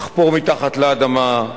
לחפור מתחת לאדמה,